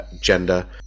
gender